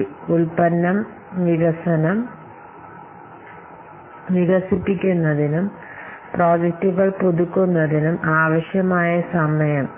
ഒരു പുതിയ ഉൽപ്പന്ന വികസനം വികസിപ്പിക്കുന്നതിനും പ്രോജക്റ്റുകൾ പുതുക്കുന്നതിനും ആവശ്യമായ സമയം